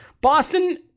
Boston